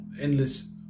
endless